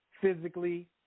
Physically